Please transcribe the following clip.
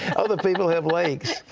other people have lakes.